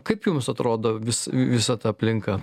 kaip jums atrodo vis visa ta aplinka